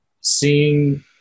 seeing